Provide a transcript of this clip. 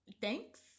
thanks